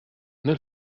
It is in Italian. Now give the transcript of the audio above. nel